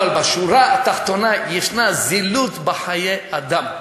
אבל בשורה התחתונה, יש זילות בחיי אדם.